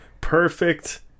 Perfect